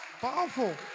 Powerful